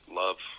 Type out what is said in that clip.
love